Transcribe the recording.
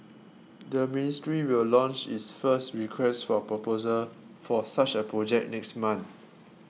the ministry will launch its first Request for Proposal for such a project next month